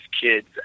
kids